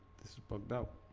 this is fucked up